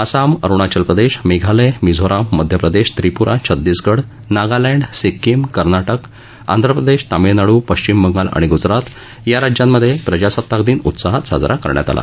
आसाम अरुणाचल प्रदेश मेघालय मिझोराम मध्य प्रदेश त्रिपुरा छत्तीसगड नागालँड सिक्कीम कर्नाक आंध्र प्रदेश तामिळनाडू पश्चिम बंगाल आणि गुजरात या राज्यांमधे प्रजासत्ताक दिन उत्साहात साजरा करण्यात आला